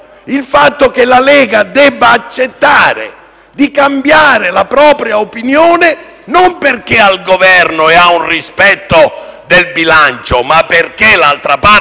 silenzio che la Lega debba accettare di cambiare la propria opinione, e non perché è al Governo e ha rispetto del bilancio, ma perché l'altra parte